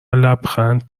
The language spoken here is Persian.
لبخند